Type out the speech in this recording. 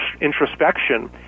introspection